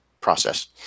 process